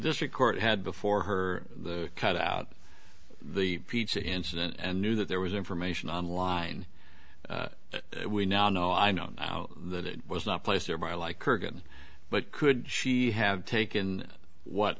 district court had before her the cut out the pizza incident and knew that there was information online we now know i know now that it was not placed there by like kurgan but could she have taken what